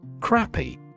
Crappy